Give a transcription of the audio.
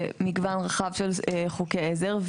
מגוון רחב של חוקי עזר,